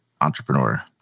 entrepreneur